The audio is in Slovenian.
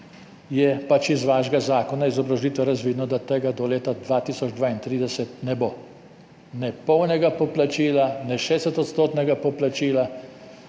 je pač iz vašega zakona, iz obrazložitve razvidno, da tega do leta 2032 ne bo. Ne polnega poplačila, ne 60-odstotnega poplačila,